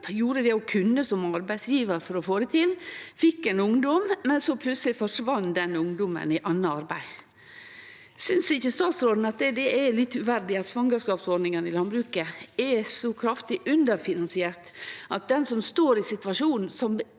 gjorde det ho kunne som arbeidsgjevar for å få det til, og fekk ein ungdom, men plutseleg forsvann denne ungdomen i anna arbeid. Synest ikkje statsråden at det er litt uverdig at svangerskapsordningane i landbruket er så kraftig underfinansierte at den som står i ein fødsels-